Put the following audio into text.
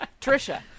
Trisha